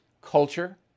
culture